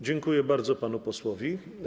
Dziękuję bardzo panu posłowi.